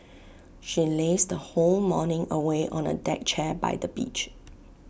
she lazed the whole morning away on A deck chair by the beach